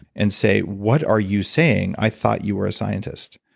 and say, what are you saying? i thought you were a scientist.